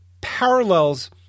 parallels